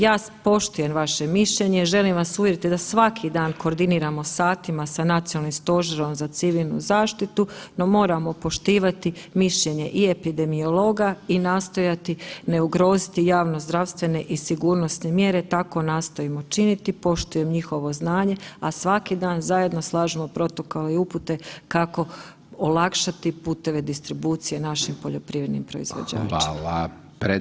Ja poštujem vaše mišljenje, želim vas uvjeriti da svaki dan koordiniramo satima sa Nacionalnim stožerom za civilnu zaštitu, no moramo poštivati mišljenje i epidemiolog i nastojati ne ugroziti javnozdravstvene i sigurnosne mjere tako nastojimo činiti, poštujem njihovo znanje, a svaki dan zajedno slažemo protokol kao i upute kako olakšati puteve distribucije našim poljoprivrednim proizvođačima.